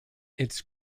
its